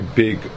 big